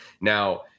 now